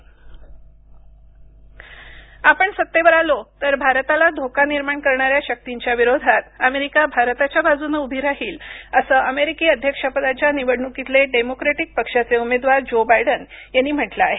ज्यो बायडन आपण सत्तेवर आलो तर भारताला धोका निर्माण करणाऱ्या शक्तींच्या विरोधात अमेरिका भारताच्या बाजूने उभी राहील असं अमेरिकी अध्यक्ष पदाच्या निवडणुकीतले डेमोक्रॅटिक पक्षाचे उमेदवार ज्यो बायडन यांनी म्हटलं आहे